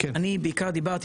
אני דיברתי,